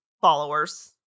Followers